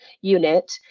unit